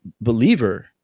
believer